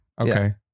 okay